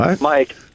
Mike